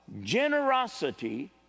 generosity